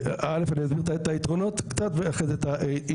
א' אני אסביר את היתרונות ואחרי זה את ההיתכנות.